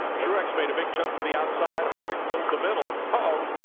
truex made a big jump to the outside, harvick billed the middle. oh-oh.